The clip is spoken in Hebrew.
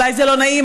אולי זה לא נעים,